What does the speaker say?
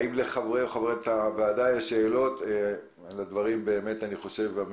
האם לחברי או חברות הוועדה יש שאלות לגבי הדברים המאוד